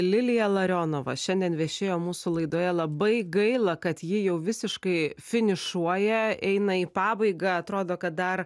lilija larionova šiandien viešėjo mūsų laidoje labai gaila kad ji jau visiškai finišuoja eina į pabaigą atrodo kad dar